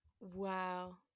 Wow